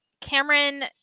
Cameron